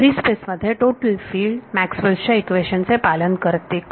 free space मध्ये total field Maxwell च्या equations Maxwell's equations चे पालन करते का